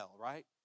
right